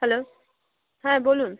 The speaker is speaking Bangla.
হ্যালো হ্যাঁ বলুন